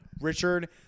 richard